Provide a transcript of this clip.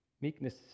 Meekness